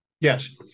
Yes